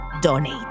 donate